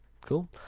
cool